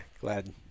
glad